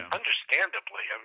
Understandably